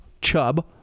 chub